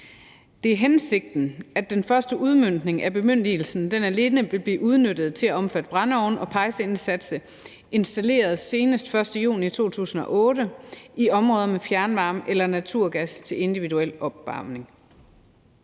Det er hensigten, at den første udmøntning af bemyndigelsen alene vil blive udnyttet til at omfatte brændeovne og pejseindsatser installeret senest 1. juni 2008 i områder med fjernvarme eller naturgas til individuel opvarmning.